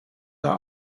are